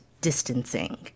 distancing